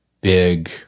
big